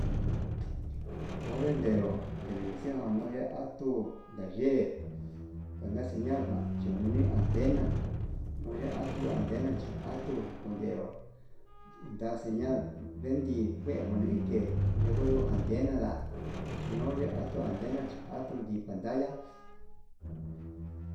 Onre yenro televición nuu ya'a atuu yee, cuenta señal ján chinguni antena yee atu antena cheatuu kunderu nda'a señal vendi kuenjuni uke'e, yekuu yuu antena nda'a chinuu ye'e atuu antena cha'a atun ndikantaya.